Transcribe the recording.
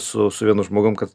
su su vienu žmogum kad